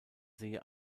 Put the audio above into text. sehe